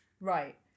Right